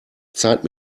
zeit